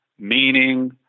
meaning